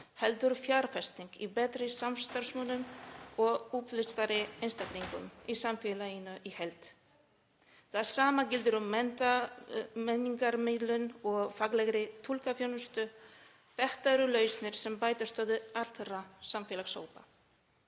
heldur fjárfesting í betri starfsmönnum og upplýstari einstaklingum í samfélaginu í heild. Það sama gildir um menningarmiðlun og faglega túlkaþjónustu. Þetta eru lausnir sem bæta stöðu allra samfélagshópa.